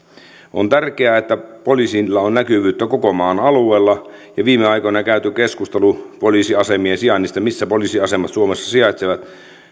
on tärkeää että poliisilla on näkyvyyttä koko maan alueella viime aikoina käyty keskustelu poliisiasemien sijainnista missä poliisiasemat suomessa sijaitsevat